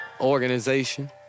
organization